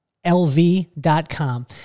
LV.com